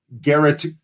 Garrett